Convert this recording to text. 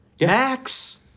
Max